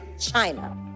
China